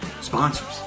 sponsors